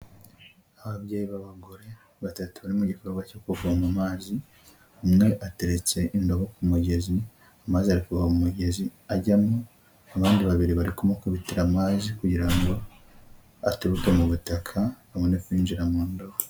Ababyeyi b'abagore batatu bari mu gikorwa cyo kuvoma amazi, umwe ateretse indabo ku mugezi amaze ava mu mugezi ajyamo, abandi babiri bari kumukubitira amazi kugira ngo aturuke mu butaka abone kwinjira mu ndabo.